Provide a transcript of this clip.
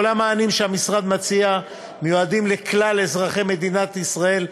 כל המענים שהמשרד מציע מיועדים לכלל אזרחי מדינת ישראל,